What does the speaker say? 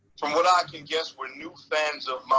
from what i can guess were new fans of